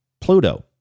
Pluto